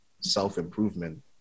self-improvement